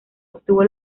obtuvo